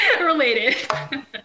related